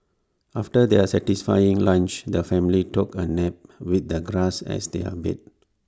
after their satisfying lunch the family took A nap with the grass as their bed